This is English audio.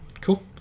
cool